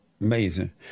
Amazing